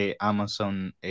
Amazon